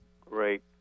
Great